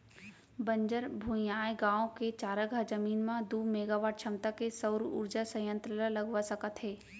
बंजर भुइंयाय गाँव के चारागाह जमीन म दू मेगावाट छमता के सउर उरजा संयत्र ल लगवा सकत हे